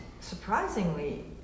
surprisingly